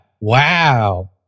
Wow